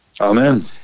Amen